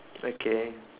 okay